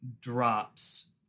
drops